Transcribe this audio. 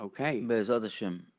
Okay